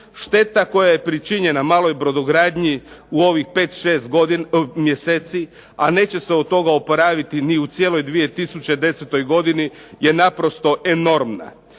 Šteta koja je počinjena i maloj brodogradnji u ovih 5,6 mjeseci a neće se od toga oporaviti ni u cijeloj 2010. godini je naprosto enormna.